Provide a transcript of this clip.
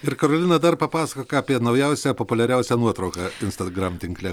ir karolina dar papasakok apie naujausią populiariausią nuotrauką instagram tinkle